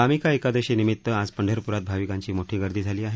कामिका एकादशी निमित्त आज पंढरप्रात भाविकांची मोठी गर्दी झाली आहे